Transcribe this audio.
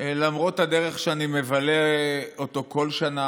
החוק הזה לא הולך להתקיים בכלל.